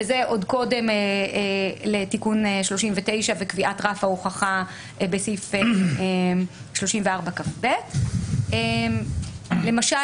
וזה עוד קודם לתיקון 39 וקביעת רף ההוכחה בסעיף 34כב. למשל